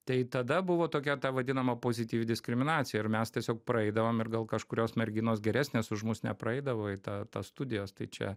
tai tada buvo tokia ta vadinama pozityvi diskriminacija ir mes tiesiog praeidavom ir gal kažkurios merginos geresnės už mus nepraeidavo į tą tą studijas tai čia